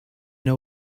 know